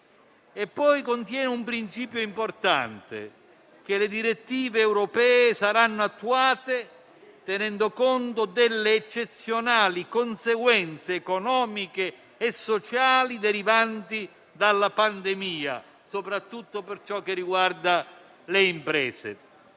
inoltre un principio importante: le direttive europee saranno attuate tenendo conto delle eccezionali conseguenze economiche e sociali derivanti dalla pandemia, soprattutto per ciò che riguarda le imprese.